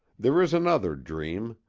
there is another dream,